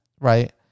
right